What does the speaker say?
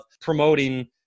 promoting